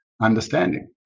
understanding